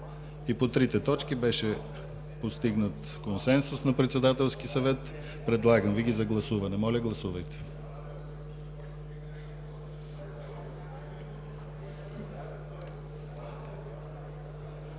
И по трите точки беше постигнат консенсус на Председателския съвет. Предлагам Ви ги за гласуване. Гласували